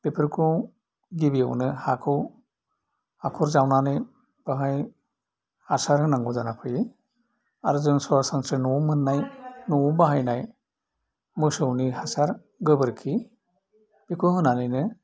बेफोरखौ गिबियावनो हाखौ हाखर जावनानै बाहाय हासार होनांगौ जाना फैयो आरो जों सरासनस्रा न'आव मोन्नाय न'आव बाहानाय हासार गोबोरखि बेखौ होनानैनो